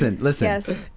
listen